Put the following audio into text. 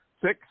six